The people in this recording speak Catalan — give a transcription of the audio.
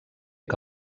que